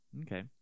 Okay